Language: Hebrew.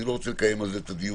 אני לא רוצה לקיים על זה את הדיון.